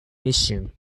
mission